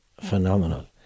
phenomenal